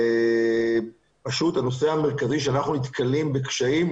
הנושא המרכזי שאנחנו נתקלים בקשיים בו,